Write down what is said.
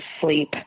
sleep